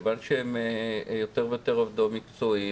כיון שהם יותר ויותר עובדים מקצועיים,